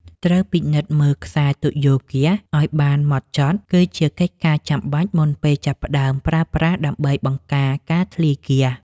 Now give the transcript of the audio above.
ត្រូវពិនិត្យមើលខ្សែទុយោហ្គាសឱ្យបានហ្មត់ចត់ គឺជាកិច្ចការចាំបាច់មុនពេលចាប់ផ្តើមប្រើប្រាស់ដើម្បីបង្ការការធ្លាយហ្គាស។